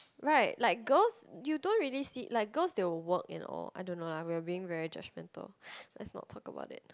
right like girls you don't really see like girls they will work and all I don't know lah we are being really judgemental let's not talk about it